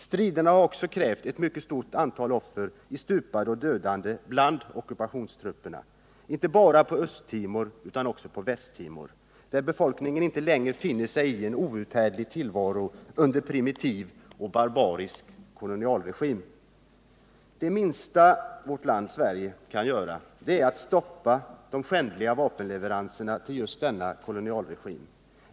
Striderna har också krävt ett mycket stort antal offer i stupade och dödade bland ockupationstrupperna — inte bara i Östra Timor utan också i Västra Timor, där befolkningen inte längre finner sig i en outhärdlig tillvaro under en primitiv och barbarisk kolonialregim. Det minsta Sverige kan göra är att stoppa de skändliga vapenleveranserna till just denna kolonialregim.